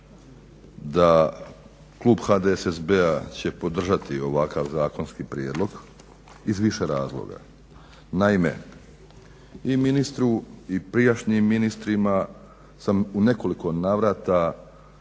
da klub HDSSB-a će podržati ovakav zakonski prijedlog iz više razloga. Naime, i ministru i prijašnjim ministrima sam u nekoliko navrata